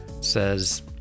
says